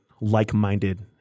like-minded